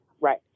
right